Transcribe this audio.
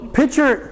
picture